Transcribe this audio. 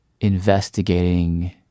investigating